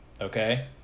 okay